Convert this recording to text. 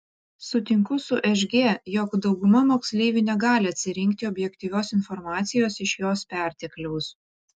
sutinku su šg jog dauguma moksleivių negali atsirinkti objektyvios informacijos iš jos pertekliaus